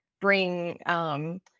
bring